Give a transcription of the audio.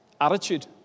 attitude